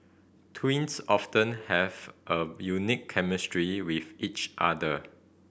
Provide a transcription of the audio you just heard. twins often have a unique chemistry with each other